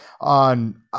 on